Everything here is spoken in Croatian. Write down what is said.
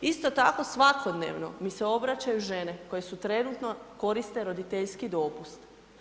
Isto tako svakodnevno mi se obraćaju žene koje su trenutno koriste roditeljski dopust.